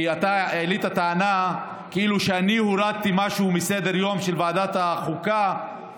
אתה העלית טענה כאילו שאני הורדתי משהו מסדר-היום של ועדת החוקה,